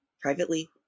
privately